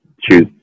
choose